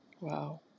Wow